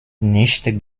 nicht